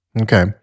Okay